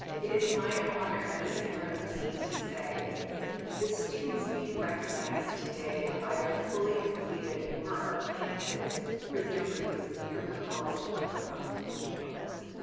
it is my honor, as interim dean, to say the students being recognized today have either fully completed or are candidates for degrees from the college of ah performing and visual arts.